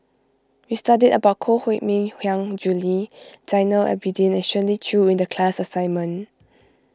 we studied about Koh Mui Hiang Julie Zainal Abidin Shirley Chew in the class assignment